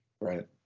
Right